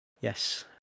Yes